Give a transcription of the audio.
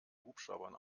hubschraubern